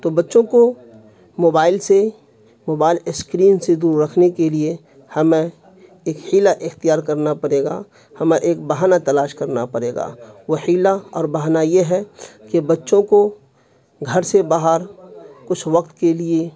تو بچوں کو موبائل سے موبائل اسکرین سے دور رکھنے کے لیے ہمیں ایک حیلہ اختیار کرنا پرے گا ہمیں ایک بہانا تلاش کرنا پرے گا وہ حیلہ اور بہانا یہ ہے کہ بچوں کو گھر سے باہر کچھ وقت کے لیے